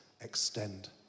extend